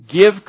Give